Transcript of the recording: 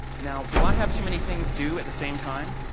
now, do i have too many things due at the same time?